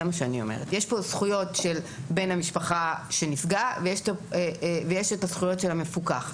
יש כאן זכויות של בן המשפחה שנפגע ויש את הזכויות של המפוקח.